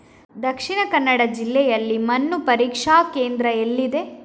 ದಕ್ಷಿಣ ಕನ್ನಡ ಜಿಲ್ಲೆಯಲ್ಲಿ ಮಣ್ಣು ಪರೀಕ್ಷಾ ಕೇಂದ್ರ ಎಲ್ಲಿದೆ?